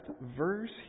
verse